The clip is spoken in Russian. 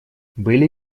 были